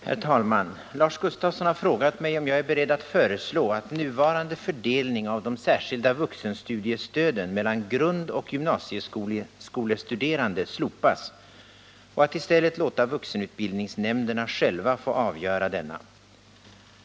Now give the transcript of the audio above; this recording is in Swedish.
Herr talman! Lars Gustafsson har frågat mig om jag är beredd att föreslå att nuvarande fördelning av de särskilda vuxenstudiestöden mellan grundoch gymnasieskolestuderande slopas och att i stället låta vuxenutbildningsnämnderna själva få avgöra fördelningen.